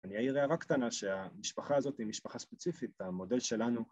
אני אעיר הערה קטנה שהמשפחה הזאת היא משפחה ספציפית, המודל שלנו...